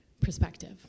perspective